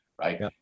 right